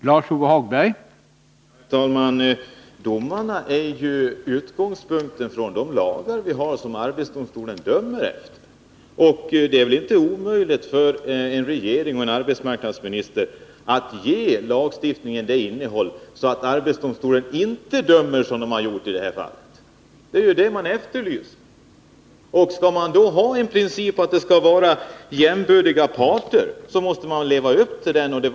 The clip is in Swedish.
Herr talman! När domarna har fällts har man utgått från de lagar vi har och som arbetsdomstolen dömer efter. Men det är väl inte omöjligt för en regering och en arbetsmarknadsminister att medverka till att ge lagstiftningen det innehållet att arbetsdomstolen inte dömer så i fortsättningen som den gjort i det här fallet. — Det är ju det man efterlyser. Skall man ha en princip som säger att parterna skall vara jämbördiga, måste man väl också leva upp till den principen.